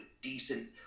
decent